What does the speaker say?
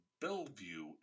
Bellevue